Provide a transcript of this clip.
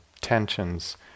tensions